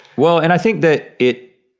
well and i think that it,